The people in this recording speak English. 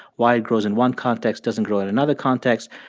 why it grows in one context, doesn't grow in another context.